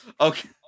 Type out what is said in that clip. Okay